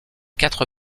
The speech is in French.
quatre